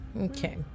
Okay